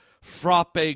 frappe